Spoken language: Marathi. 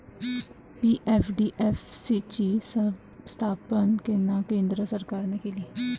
पी.एफ.डी.एफ ची स्थापना केंद्र सरकारने केली